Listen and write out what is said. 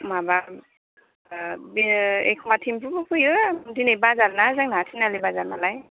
माबा बे एखनबा तेम्प' बो फैयो दिनै बाजार ना जोंना तिनिआलि बाजार नालाय